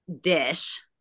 dish